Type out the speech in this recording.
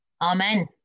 Amen